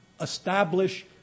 establish